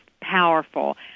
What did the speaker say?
powerful